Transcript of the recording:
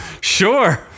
Sure